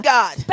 God